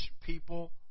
people